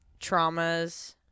traumas